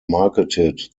marketed